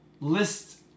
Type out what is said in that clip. list